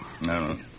No